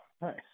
Nice